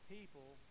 People